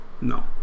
No